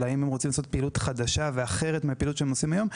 אלא אם הם רוצים לעשות פעילות חדשה ואחרת מהפעילות שהם עושים היום,